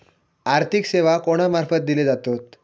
आर्थिक सेवा कोणा मार्फत दिले जातत?